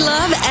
Love